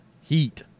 heat